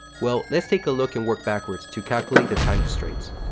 well, let's take a look and work backwards to calculate the time constraints.